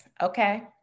okay